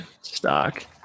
stock